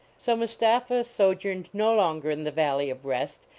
so mustapha sojourned no longer in the valley of rest,